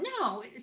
no